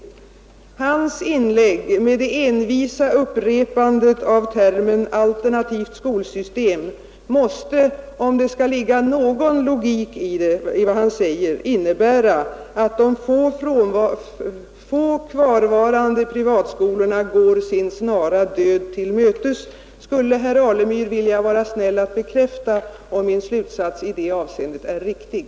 Herr Alemyrs inlägg, med det envisa upprepandet av termen alternativt skolsystem, måste — om det skall ligga någon logik i vad herr Alemyr sade — innebära att de få kvarvarande privatskolorna går sin snara död till mötes. Skulle herr Alemyr vilja vara snäll och bekräfta om min slutsats i det avseendet är riktig?